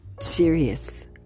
serious